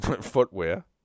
footwear